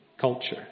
culture